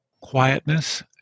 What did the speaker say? quietness